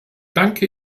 danke